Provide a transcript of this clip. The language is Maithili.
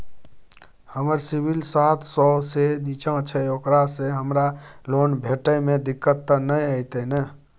हमर सिबिल सात सौ से निचा छै ओकरा से हमरा लोन भेटय में दिक्कत त नय अयतै ने?